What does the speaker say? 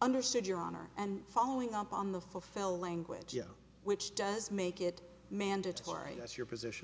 understood your honor and following up on the fellow language which does make it mandatory that your position